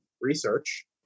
research